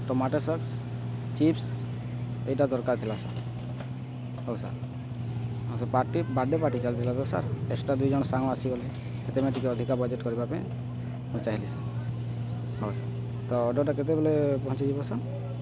tomato sauce chips ଏଇଟା ଦରକାର ଥିଲା ସାର୍ ହଉ ସାର୍ ହଉ ସାର୍ ପାର୍ଟି ବର୍ଥଡେ ପାର୍ଟି ଚାଲିଥିଲା ତ ସାର୍ ଏକ୍ସଟ୍ରା ଦୁଇଜଣ ସାଙ୍ଗ ଆସିଗଲେ ସେଥିପାଇଁ ଟିକେ ଅଧିକା ବଜେଟ୍ କରିବା ପାଇଁ ମୁଁ ଚାହିଁଲିି ସାର୍ ହଉ ସାର୍ ତ ଅର୍ଡ଼ରଟା କେତେବେଳେ ପହଞ୍ଚିଯିବ ସାର୍